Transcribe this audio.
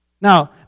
Now